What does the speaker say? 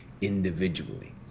individually